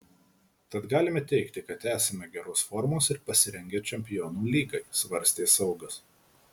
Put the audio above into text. tad galime teigti kad esame geros formos ir pasirengę čempionų lygai svarstė saugas